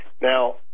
Now